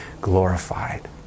glorified